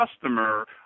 customer